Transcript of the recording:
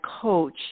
coach